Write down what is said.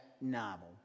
novel